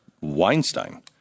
Weinstein